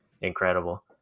incredible